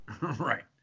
Right